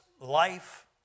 life